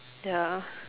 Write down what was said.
ya